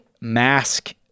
mask